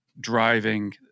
driving